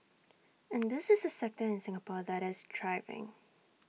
and this is A sector in Singapore that is thriving